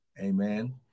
Amen